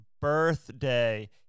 birthday